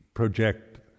project